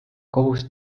kohus